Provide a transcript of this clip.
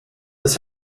das